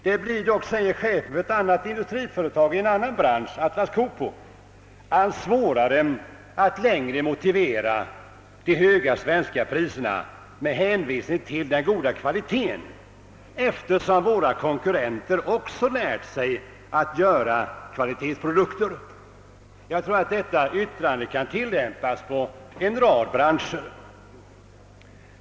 Det blir dock, säger chefen för ett annat industriföretag i en annan bransch, Atlas Copco, »allt svårare att längre motivera de höga svenska priserna med hänvisning till den goda kvaliteten, eftersom våra konkurrenter också har lärt sig att göra kvalitetsprodukter». Jag tror att detta yttrande kan tillämpas på en rad branscher.